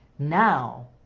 now